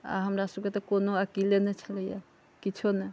आओर हमरा सबके तऽ कोनो अकिले नहि छलैए किछो नहि